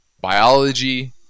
biology